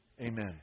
Amen